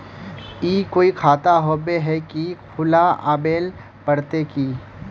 ई कोई खाता होबे है की खुला आबेल पड़ते की?